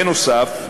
בנוסף,